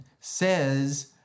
says